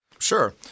Sure